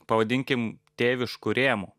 pavadinkim tėviškų rėmų